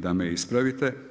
da me ispravite.